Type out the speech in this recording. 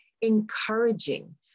encouraging